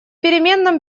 переменном